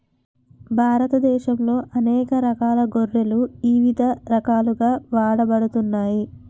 భారతదేశంలో అనేక రకాల గొర్రెలు ఇవిధ రకాలుగా వాడబడుతున్నాయి